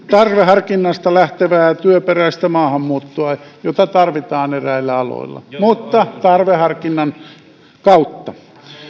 tarveharkinnasta lähtevää työperäistä maahanmuuttoa jota tarvitaan eräillä aloilla mutta tarveharkinnan kautta